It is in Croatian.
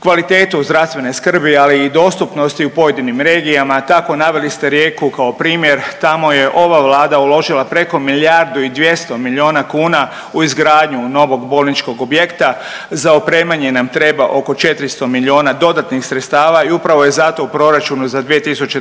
kvalitetu zdravstvene skrbi, ali i dostupnosti u pojedinim regijama. Tako naveli ste Rijeku kao primjer. Tamo je ova Vlada uložila preko milijardu i 200 miliona kuna u izgradnju novog bolničkog objekta. Za opremanje nam treba oko 400 miliona dodatnih sredstava i upravo je zato u proračunu za 2023.